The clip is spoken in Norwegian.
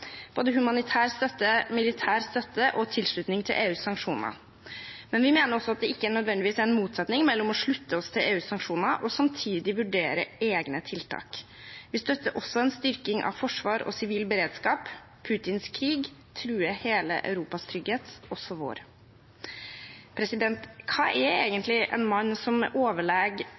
både humanitær støtte, militær støtte og tilslutning til EUs sanksjoner. Men vi mener også at det ikke nødvendigvis er en motsetning mellom å slutte seg til EUs sanksjoner og samtidig vurdere egne tiltak. Vi støtter også en styrking av forsvar og sivil beredskap. Putins krig truer hele Europas trygghet, også vår. Hva er egentlig en mann som